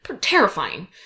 terrifying